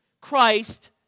Christ